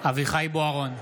אביחי אברהם בוארון,